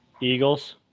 Eagles